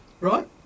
right